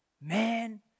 Man